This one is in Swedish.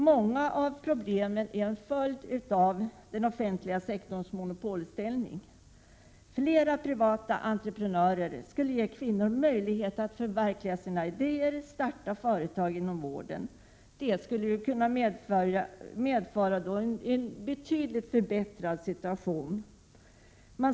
Många av problemen är en följd av den offentliga sektorns monopolställning. Flera privata entreprenörer skulle ge kvinnor möjlighet att förverkliga sina idéer och starta sina egna företag inom vården. Detta skulle medföra en betydligt förbättrad situation.